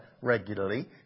regularly